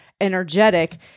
energetic